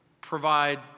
provide